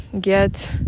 get